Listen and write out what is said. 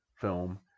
film